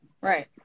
right